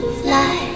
fly